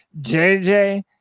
JJ